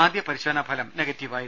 ആദ്യ പരിശോധനാഫലം നെഗറ്റീവായിരുന്നു